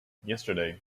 yesterday